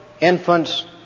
infants